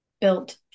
built